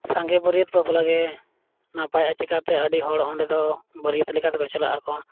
ᱥᱟᱸᱜᱮ ᱵᱟᱹᱨᱭᱟᱹᱛ ᱵᱟᱯᱞᱟᱜᱮ ᱱᱟᱯᱟᱭᱟ ᱪᱤᱠᱟᱹᱛᱮ ᱟᱹᱰᱤᱦᱚᱲ ᱚᱸᱰᱮ ᱫᱚ ᱵᱟᱹᱨᱭᱟᱹᱛ ᱞᱮᱠᱟ ᱛᱮᱠᱚ ᱪᱟᱞᱟᱜ ᱟᱠᱚ